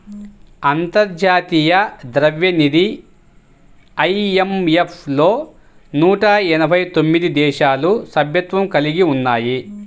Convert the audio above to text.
అంతర్జాతీయ ద్రవ్యనిధి ఐ.ఎం.ఎఫ్ లో నూట ఎనభై తొమ్మిది దేశాలు సభ్యత్వం కలిగి ఉన్నాయి